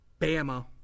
Bama